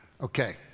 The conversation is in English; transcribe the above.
Okay